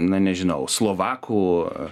na nežinau slovakų